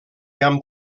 amb